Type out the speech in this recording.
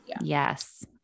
Yes